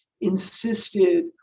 insisted